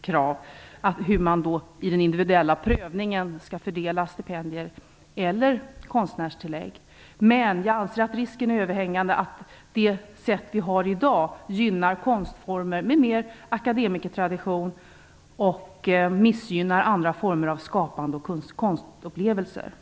krav på hur man vid den individuella prövningen skall fördela stipendier eller konstnärstillägg. Men jag anser att risken är överhängande för att det system som vi har i dag gynnar konstformer med mer akademikertradition och missgynnar andra former av skapande och konstupplevelser.